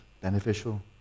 beneficial